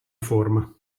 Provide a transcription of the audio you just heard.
forma